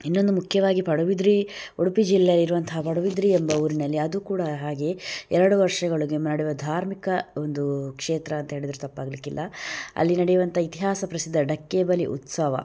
ಇನ್ನೊಂದು ಮುಖ್ಯವಾಗಿ ಪಡುಬಿದ್ರಿ ಉಡುಪಿ ಜಿಲ್ಲೆಯಲ್ಲಿರುವಂತಹ ಪಡುಬಿದ್ರಿ ಎಂಬ ಊರಿನಲ್ಲಿ ಅದು ಕೂಡ ಹಾಗೆ ಎರಡು ವರ್ಷಗಳಿಗೊಮ್ಮೆ ನಡೆಯುವ ಧಾರ್ಮಿಕ ಒಂದು ಕ್ಷೇತ್ರ ಅಂತ ಹೇಳಿದರೆ ತಪ್ಪಾಗಲಿಕ್ಕಿಲ್ಲ ಅಲ್ಲಿ ನಡೆಯುವಂಥ ಇತಿಹಾಸ ಪ್ರಸಿದ್ಧ ಡಕ್ಕೆಬಲಿ ಉತ್ಸವ